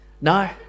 No